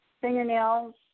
fingernails